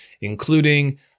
including